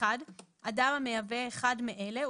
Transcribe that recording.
אדם המייבא אחד מאלה,